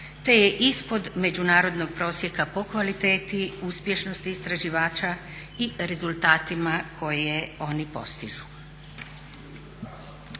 te je ispod međunarodnog prosjeka po kvaliteti uspješnosti istraživača i rezultatima koje oni postižu".